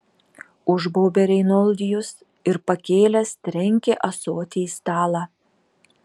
užbaubė reinoldijus ir pakėlęs trenkė ąsotį į stalą